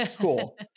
cool